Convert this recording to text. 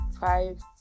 five